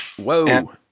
Whoa